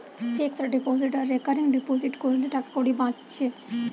fixed deposit আর recurring deposit কোরলে টাকাকড়ি বাঁচছে